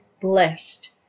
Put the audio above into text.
blessed